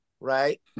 right